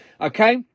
Okay